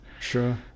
sure